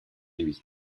lui